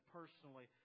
personally